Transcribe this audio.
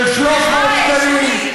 של 300 שקלים,